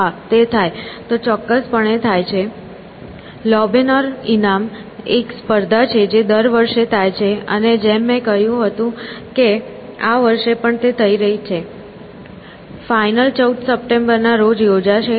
હા તે થાય તો ચોક્કસપણે થાય છે લોબનેર ઇનામ એક સ્પર્ધા છે જે દર વર્ષે થાય છે અને જેમ મેં કહ્યું હતું કે આ વર્ષે પણ થઈ રહી છે ફાઇનલ 14 સપ્ટેમ્બરના રોજ યોજાશે